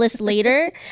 later